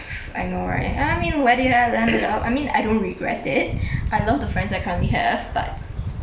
I know right ah I mean I mean I don't regret it I love the friends I currently have but